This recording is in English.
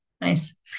Nice